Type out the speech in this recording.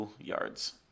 yards